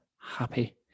happy